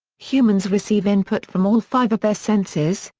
humans receive input from all five of their senses,